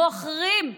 מוכרים,